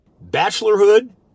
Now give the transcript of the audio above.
Bachelorhood